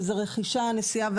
שמתייחסים לנשיאה,